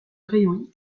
rayons